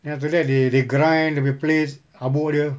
then after that they they grind dia punya plates habuk dia